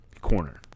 corner